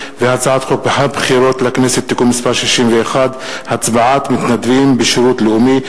הצעת חוק הבחירות לכנסת (תיקון מס' 61) (הצבעת מתנדבים בשירות לאומי),